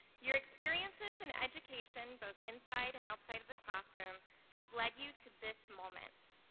your experiences and education both inside and outside of the classroom have led you to this moment.